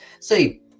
See